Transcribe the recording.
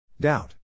Doubt